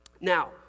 Now